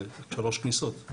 שלוש כניסות.